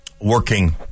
working